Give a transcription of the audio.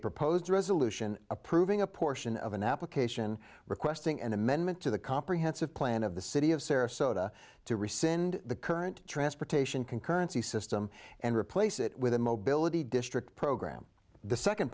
proposed resolution approving a portion of an application requesting an amendment to the comprehensive plan of the city of sarasota to rescind the current transportation concurrency system and replace it with a mobility district program the second